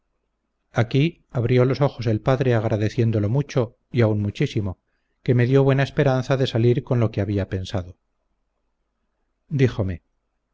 aquí abrió los ojos el padre agradeciéndolo mucho y aun muchísimo que me dió buena esperanza de salir con lo que había pensado díjome